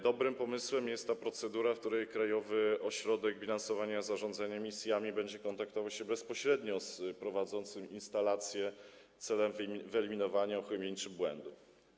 Dobrym pomysłem jest procedura, w której Krajowy Ośrodek Bilansowania i Zarządzania Emisjami będzie kontaktował się bezpośrednio z prowadzącym instalację w celu wyeliminowania uchybień czy błędów.